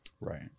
Right